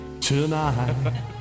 tonight